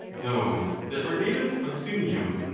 those that were natives of sunium,